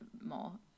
more